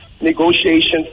negotiations